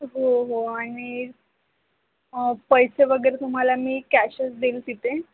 हो हो आणि पैसे वगैरे तुम्हाला मी कॅशच देईन तिथे